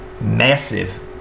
Massive